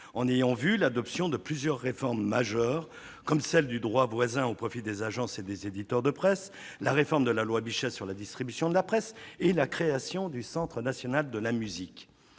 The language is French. par l'adoption de plusieurs réformes majeures, comme celle du droit voisin au profit des agences et des éditeurs de presse, la réforme de la loi Bichet sur la distribution de la presse et la création du Centre national de la musique.